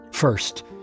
First